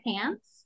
pants